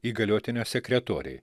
įgaliotinio sekretorei